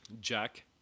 Jack